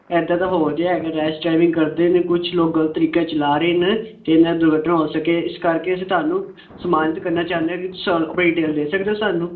ਇਦਾਂ ਤਾਂ ਹੋ ਰਿਹਾ ਰੈਸ਼ ਡਰਾਈਵਿੰਗ ਕਰਦੇ ਨੇ ਕੁਝ ਲੋਕ ਗਲਤ ਤਰੀਕਾ ਚਲਾ ਰਹੇ ਨੇ ਤੇ ਇਹਨਾਂ ਦੁਰਘਟਨਾ ਹੋ ਸਕੇ ਇਸ ਕਰਕੇ ਅਸੀਂ ਤੁਹਾਨੂੰ ਸਨਮਾਨਿਤ ਕਰਨਾ ਚਾਹੁੰਦੇ ਆ ਕਿ ਆਪਣੀ ਡਿਟੇਲ ਦੇ ਸਕਦੇ ਹੋ ਸਾਨੂੰ